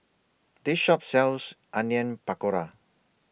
This Shop sells Onion Pakora